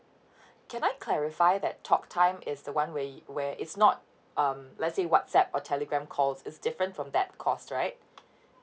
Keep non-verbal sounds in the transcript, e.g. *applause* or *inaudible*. *breath* can I clarify that talk time is the one where y~ where it's not um let's say WhatsApp or Telegram calls it's different from that cost right